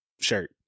shirt